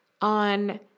on